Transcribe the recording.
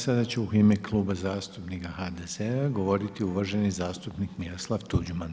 Sada ću u ime Kluba zastupnika HDZ-a govoriti uvaženi zastupnik Miroslav Tuđman.